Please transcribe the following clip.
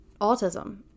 autism